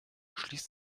schließt